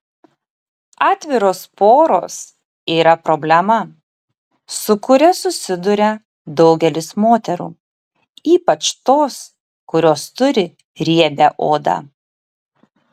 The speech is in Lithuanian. atviros poros yra problema su kuria susiduria daugelis moterų ypač tos kurios turi riebią odą